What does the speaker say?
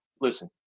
Listen